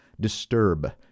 disturb